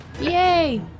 Yay